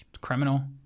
Criminal